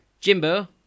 Jimbo